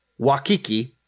Wakiki